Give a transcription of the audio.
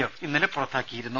F ഇന്നലെ പുറത്താക്കിയിരുന്നു